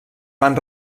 van